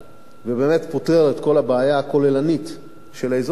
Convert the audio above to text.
ופותר את כל הבעיה הכוללנית של האזור הזה,